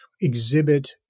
exhibit